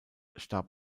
starb